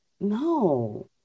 no